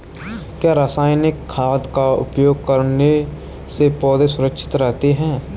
क्या रसायनिक खाद का उपयोग करने से पौधे सुरक्षित रहते हैं?